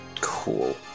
Cool